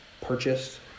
purchased